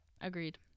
Agreed